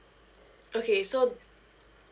okay so